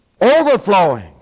overflowing